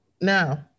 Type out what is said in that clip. No